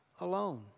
alone